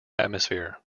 atmosphere